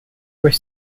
were